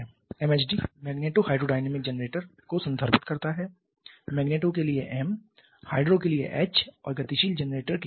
MHD magneto hydrodynamic generator को संदर्भित करता है मैग्नेटो के लिए एम हाइड्रो के लिए एच और गतिशील जनरेटर के लिए डी